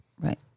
Right